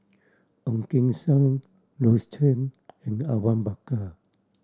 Ong Keng Sen Rose Chan and Awang Bakar